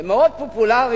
זה מאוד פופולרי,